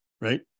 right